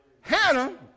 Hannah